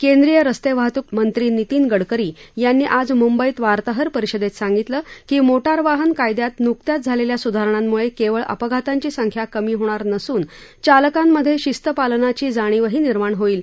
केंद्रीय रस्ते वाहतूकमंत्री नीतीन गडकरी यांनी आज मुंबईत वार्ताहर परिषदेत सांगितलं की मोटारवाहन कायदयात नुकत्याच केलेल्या सुधारणांमुळे केवळ अपघातांची संख्या कमी होणार नसून चालकांमधे शिस्तपालनाची जाणीवही निर्माण होईल